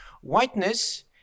Whiteness